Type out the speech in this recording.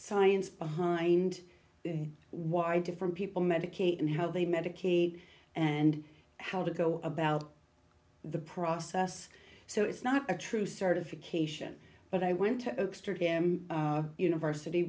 science behind why different people medicate and how they medicaid and how to go about the process so it's not a true certification but i went to oaksterdam university